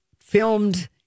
filmed